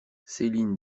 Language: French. céline